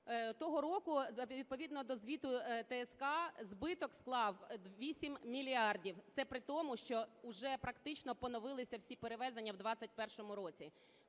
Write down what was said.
Того року, відповідно до звіту ТСК, збиток склав 8 мільярдів, це при тому, що уже практично поновилися всі перевезення в 2021 році.